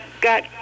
got